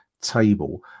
table